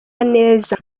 neza